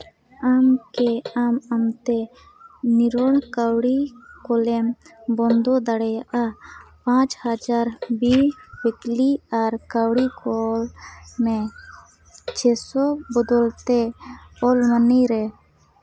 ᱟᱢ ᱠᱤ ᱟᱢ ᱟᱢᱛᱮ ᱱᱤᱨᱚᱲ ᱠᱟᱹᱣᱰᱤ ᱠᱩᱞᱮᱢ ᱵᱚᱱᱫᱚ ᱫᱟᱲᱮᱭᱟᱜᱼᱟ ᱯᱟᱸᱪ ᱦᱟᱡᱟᱨ ᱵᱟᱭᱼᱩᱭᱤᱠᱞᱤ ᱟᱨ ᱠᱟᱹᱣᱰᱤ ᱠᱚᱞ ᱢᱮ ᱪᱷᱚ ᱥᱚ ᱵᱚᱫᱚᱞ ᱛᱮ ᱳᱞᱟ ᱢᱟᱹᱱᱤ ᱨᱮ